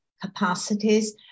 capacities